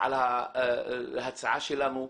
על ההצעה שלנו,